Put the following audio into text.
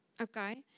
Okay